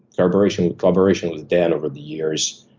collaboration collaboration with dan over the years,